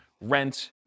rent